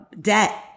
debt